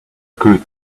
good